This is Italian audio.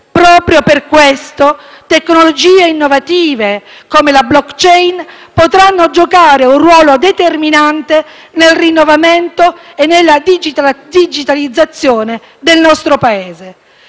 Proprio per questo tecnologie innovative, come la *blockchain*, potranno giocare un ruolo determinante nel rinnovamento e nella digitalizzazione del nostro Paese.